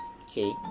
Okay